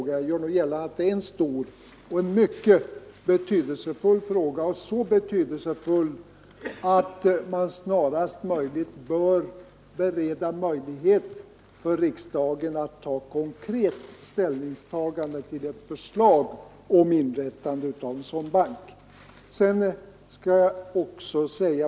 Jag gör gällande att det är en stor och mycket betydelsefull fråga — så betydelsefull att man snarast bör bereda möjlighet för riksdagen att ta konkret ställning till ett förslag om inrättande av en sådan bank.